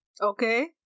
Okay